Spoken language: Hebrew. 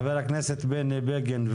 חבר הכנסת בני בגין,